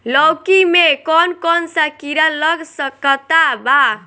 लौकी मे कौन कौन सा कीड़ा लग सकता बा?